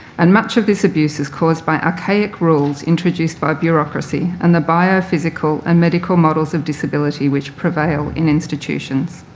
and much of this abuse is caused by archaic rules introduced by bureaucracy and the biophysical and medical models of disability which prevail in institutions.